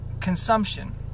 consumption